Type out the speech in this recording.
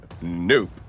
Nope